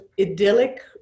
idyllic